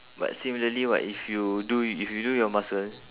but similarly what if you do if you do your muscle